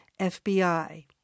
FBI